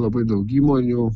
labai daug įmonių